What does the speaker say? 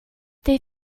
they